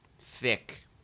thick